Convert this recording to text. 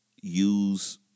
use